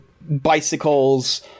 bicycles